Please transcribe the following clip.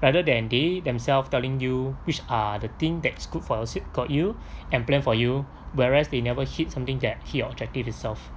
rather than they themselves telling you which are the thing that's good for yo~ got you and plan for you whereas they never hit something that key objective itself